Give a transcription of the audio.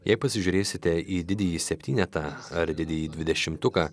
jei pasižiūrėsite į didįjį septynetą ar didįjį dvidešimtuką